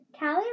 Callie